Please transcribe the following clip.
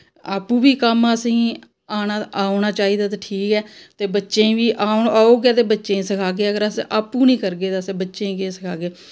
आपूं बी कम्म असें गी आना औना चाहिदा ते ठीक ऐ ते बच्चें गी बी औग गै ते बच्चें गी सखागै अगर अस आपूं निं करगे ते अस बच्चें गी केह सखागे